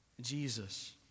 Jesus